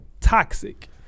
toxic